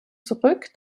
zurück